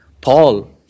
Paul